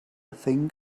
think